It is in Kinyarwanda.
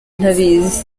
ntabizi